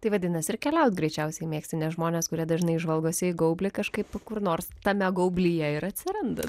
tai vadinas ir keliaut greičiausiai mėgsti nes žmonės kurie dažnai žvalgosi į gaublį kažkaip kur nors tame gaublyje ir atsiranda